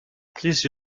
please